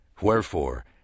Wherefore